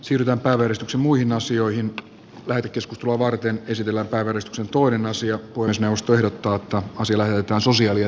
kylänpää veistoksen muihin asioihin lähetekeskustelua varten pysytellä puhemiesneuvosto ehdottaa että asia kuin sinusta jota on pakko sillä lähetetään sosiaali ja terveysvaliokuntaan